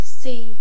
see